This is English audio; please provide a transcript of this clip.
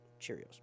Cheerios